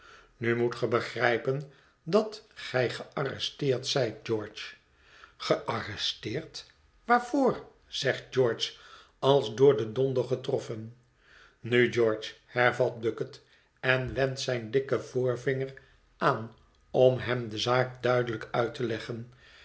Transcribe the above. nu moet ge begrijpen dat gij gearresteerd zijt george gearresteerd waarvoor zegt george als door den donder getroffen nu george hervat bucket en wendt zijn dikken voorvinger aan om hem de zaak duidelijk uit te leggen